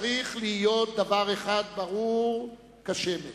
צריך להיות דבר אחד ברור כשמש: